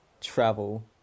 travel